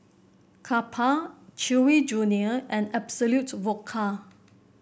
Kappa Chewy Junior and Absolut Vodka